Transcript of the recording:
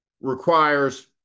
requires